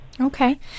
Okay